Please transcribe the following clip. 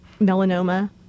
melanoma